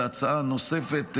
והצעה נוספת,